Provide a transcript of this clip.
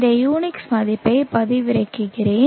இந்த யுனிக்ஸ் பதிப்பைப் பதிவிறக்குகிறேன்